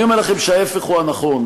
אני אומר לכם שההפך הוא הנכון.